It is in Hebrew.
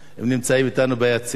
הם נמצאים אתנו ביציע,